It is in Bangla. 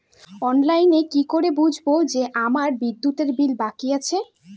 অনলাইনে কি করে বুঝবো যে আমার বিদ্যুতের বিল বাকি আছে?